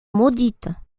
maudite